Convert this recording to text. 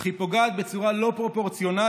אך היא פוגעת בצורה לא פרופורציונלית